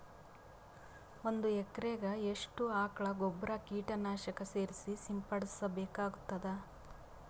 ಒಂದು ಎಕರೆಗೆ ಎಷ್ಟು ಆಕಳ ಗೊಬ್ಬರ ಕೀಟನಾಶಕ ಸೇರಿಸಿ ಸಿಂಪಡಸಬೇಕಾಗತದಾ?